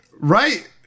Right